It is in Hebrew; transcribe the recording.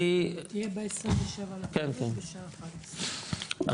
זה יהיה ב-27 בשעה 11. כן.